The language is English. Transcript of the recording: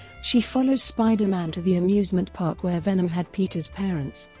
she follows spider-man to the amusement park where venom had peter's parents.